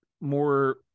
more